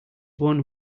won